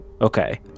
Okay